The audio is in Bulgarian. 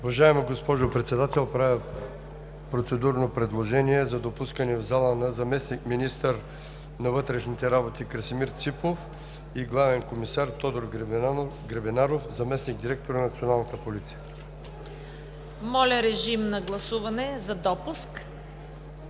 Уважаема госпожо Председател, правя процедурно предложение за допускане в залата на заместник-министъра на вътрешните работи Красимир Ципов и главен комисар Тодор Гребенаров – заместник-директор на Националната полиция. ПРЕДСЕДАТЕЛ ЦВЕТА КАРАЯНЧЕВА: Моля, режим на гласуване за допуск.